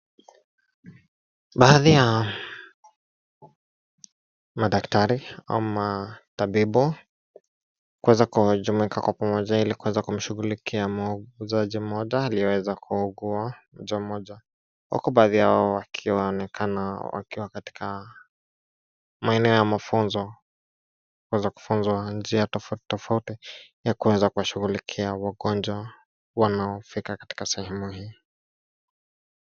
Baadhi ya madaktari ama tabibi kuweza kujumikia kwa pamaja ili kuweza kumshughulikia muuguzaji mmoja aliyeweza kugua ugonjwa moja. Wako baadhi yao wakioneka katika maeneo ya mfuzo kuweza kufunzwa njia tofauti tofauti ya kuweza kushughulikia wagonjwa wanao fika katika sehemu hili.